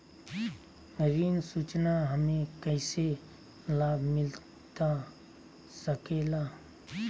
ऋण सूचना हमें कैसे लाभ मिलता सके ला?